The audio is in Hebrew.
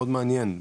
מאוד מעניין,